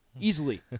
easily